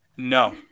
No